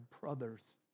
brothers